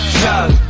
chug